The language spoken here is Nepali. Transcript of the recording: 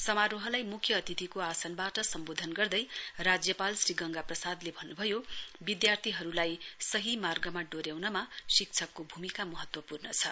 समारोहलाई मुख्य अतिथिको आसनबाट सम्बोधन गर्दै राज्यपाल श्री गंगाप्रसादले भन्न भयो विद्यार्थीहरूलाई सही मार्गमा डोन्याउमा शिक्षकको भूमिका महत्वपूर्ण छ